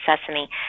sesame